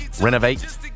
renovate